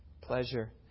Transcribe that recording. pleasure